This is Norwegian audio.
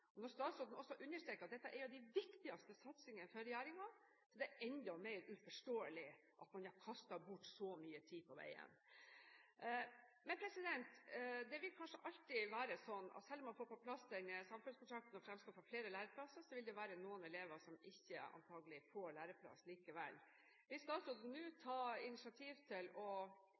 Når statsråden også understreker at dette er en av de viktigste satsingene for regjeringen, er det enda mer uforståelig at man har kastet bort så mye tid på veien. Det vil kanskje alltid være sånn at selv om man får på plass denne samfunnskontrakten og fremskaffer flere læreplasser, vil det være noen elever som antakelig ikke får læreplass likevel. Vil statsråden nå ta initiativ til å